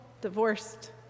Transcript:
divorced